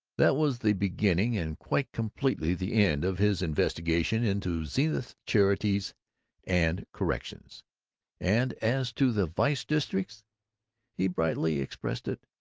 that was the beginning and quite completely the end of his investigations into zenith's charities and corrections and as to the vice districts he brightly expressed it,